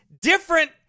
different